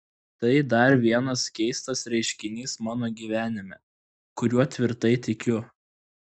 tai dar vienas keistas reiškinys mano gyvenime kuriuo tvirtai tikiu